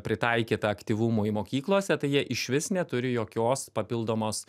pritaikyta aktyvumui mokyklose tai jie išvis neturi jokios papildomos